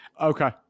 okay